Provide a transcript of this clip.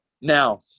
now